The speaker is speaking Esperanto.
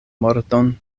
morton